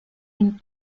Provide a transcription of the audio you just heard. une